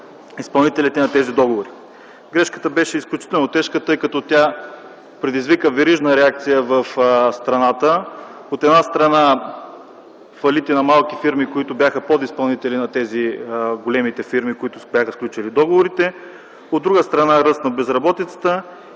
изпълнителите на тези договори.